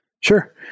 Sure